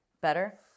better